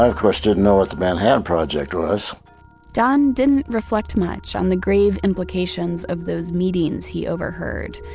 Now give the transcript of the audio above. i, of course, didn't know what the manhattan project was don didn't reflect much on the grave implications of those meetings he overheard.